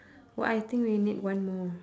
what I think we need one more